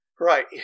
Right